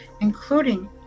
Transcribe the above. Including